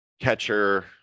catcher